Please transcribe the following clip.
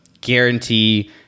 guarantee